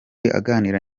aganira